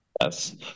Yes